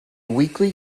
weekly